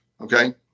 okay